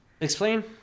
explain